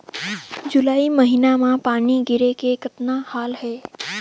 जुलाई महीना म पानी गिरे के कतना हाल हे?